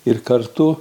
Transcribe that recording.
ir kartu